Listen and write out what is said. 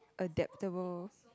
adaptable